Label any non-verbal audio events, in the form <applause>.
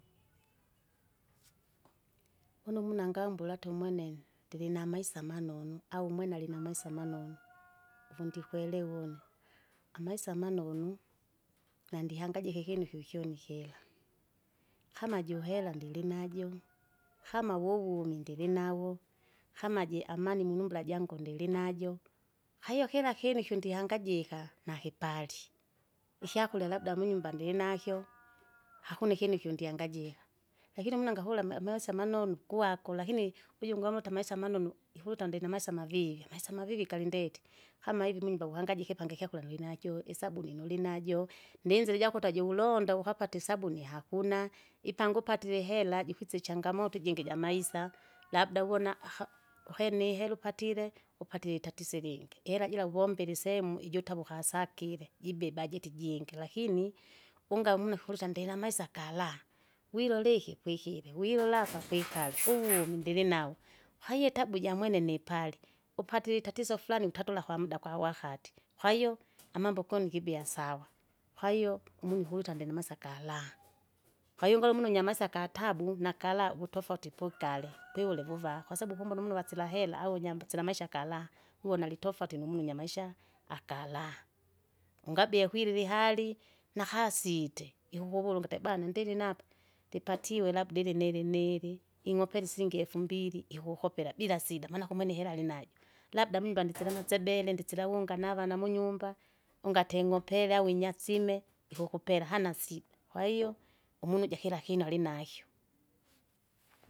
<noise> Une umunu angambula ati umwene ndilinamaisa amanon au umwene alinamaisa manonu, <noise> uvundikwelewa une, amaisa amanonu, nandihangajika ikinu kyokyoni kira. Kamajuhera ndirinajo, <noise> kama wuwumi ndilinawo, kama ji amani munumbula jangu ndilinajo, kwahiyo kira kinu ikyu ndihangaika, nakipali, <noise> ikyakurya labda munyumba ndilinakyo, <noise> hakuana ikinu kyo ndihangajika, lakini umula ngakula ama- amaisa manonu, kuwaku lakini, ujungi umota amaisa manonu, ikuluta ndinamaisa mavivi, amaisa mavivi galindeti. Kama ivi munyumba uhangajike pangi kyakurya ndinakyo, isabuni nulinajo, ndinzire ijakuta jiulonda ukapate isabuni hakuna, ipanga upatire ihera jikwisa ichangamoto ijingi ijamaisa <noise> labda uvona aha! uhene uhera upatire, upatire itatiso ilingi, ihera jira kuvombile isemu iju utavuka asakile, jibeba jiti ijingi. Lakini, ungamula kulita ndila amaisa kalaa, wilole iki kwikile, wilola aka <noise> kwikale <noise> uvumi ndilinawo. Kwahiyo tabu jamwene nipale upatire itatiso flani utatula kwa mda kwa wakati, kwahiyo, <noise> amambo koni kibiasara, kwahiyo umunu <noise> ukuwita ndinimaisa karaha. <noise> Kwahiyo ugala umunu unyamaisa gatabu nakaraha uvutofauti pukale, <noise> vuva kwasabu kumbona umunu vasila hela au unyambusila amaisha karaha, uwona alitofauti numwinya amaisha! akaraha. Ungabia kwilila ihali, nakasite iuvuvula ungate bana ndilinapo, ndipatiwe labda ili nili nili nili, ing'opela isingi efumbili, ikukopela bila sida, maana kumwene ihera alinajo, labda munyumba mdiusivona syadele ndisila wunga navana munyumba, ungate ng'opela winyasime, ikukupela hana sida, kwahiyo umunu ija kira alinakyo.